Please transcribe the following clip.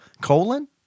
colon